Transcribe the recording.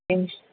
മ്മ്